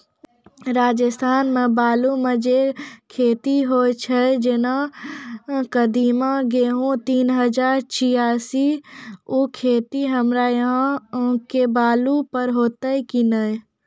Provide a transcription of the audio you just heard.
राजस्थान मे बालू मे जे खेती होय छै जेना कदीमा, गेहूँ तीन हजार छियासी, उ खेती हमरा यहाँ के बालू पर होते की नैय?